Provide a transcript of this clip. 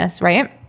Right